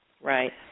Right